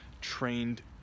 trained